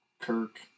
Kirk